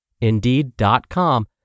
Indeed.com